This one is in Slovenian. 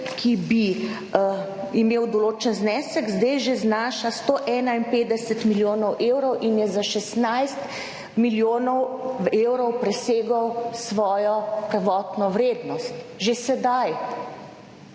ki bi imel določen znesek, zdaj že znaša 151 milijonov evrov in je za 16 milijonov evrov presegel svojo prvotno vrednost že sedaj.